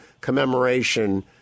commemoration